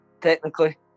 Technically